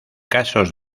casos